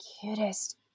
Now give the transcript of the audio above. cutest